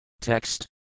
Text